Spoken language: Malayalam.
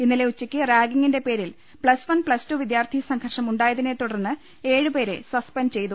ഇന്നലെ ഉച്ചയ്ക്ക് റാഗിംങ്ങിന്റെ പേരിൽ പ്ലസ് വൺ പ്ലസ് ടു വിദ്യാർത്ഥി സംഘർഷം ഉണ്ടായതിനെ തുടർന്ന് ഏഴ് പേരെ സസ്പെൻഡ് ചെയ്തു